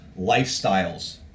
Lifestyles